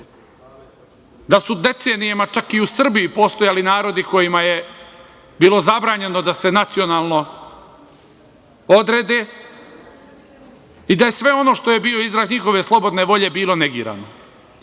da su decenijama, čak i u Srbiji postojali narodi kojima je bilo zabranjeno da se nacionalno odrede i da sve ono što je bio izraz njihove slobodne volje bilo negirano. Pošto